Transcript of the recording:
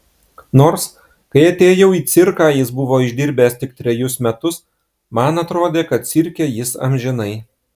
nors kai atėjau į cirką jis buvo išdirbęs tik trejus metus man atrodė kad cirke jis amžinai